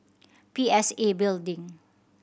P S A Building